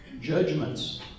judgments